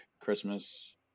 Christmas